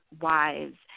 wives